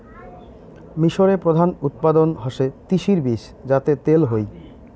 মিশরে প্রধান উৎপাদন হসে তিসির বীজ যাতে তেল হই